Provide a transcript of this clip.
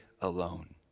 alone